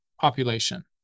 population